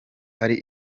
ari